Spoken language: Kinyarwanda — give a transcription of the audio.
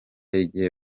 igihe